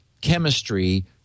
chemistry